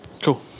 Cool